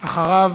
אחריו,